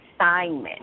assignment